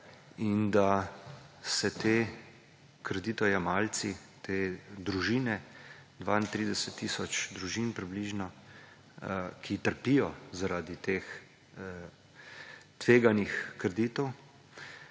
in da se ti kreditojemalci, te družine, 32 tisoč družin približno, ki trpijo zaradi teh tveganih kreditov